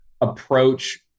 approach